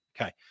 okay